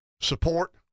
support